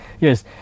yes